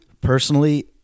personally